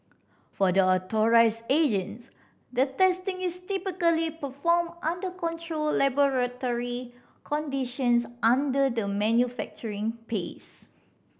for the authorised agents the testing is typically performed under controlled laboratory conditions under the manufacturing phase